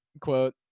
quote